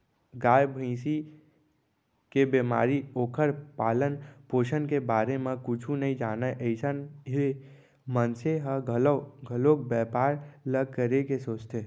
गाय, भँइसी के बेमारी, ओखर पालन, पोसन के बारे म कुछु नइ जानय अइसन हे मनसे ह घलौ घलोक बैपार ल करे के सोचथे